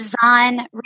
design